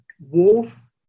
Wolf